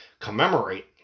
commemorate